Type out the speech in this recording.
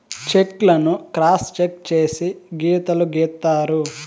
check లను cross cheque చేసి గీతలు గీత్తారు